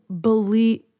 believe